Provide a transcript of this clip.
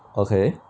okay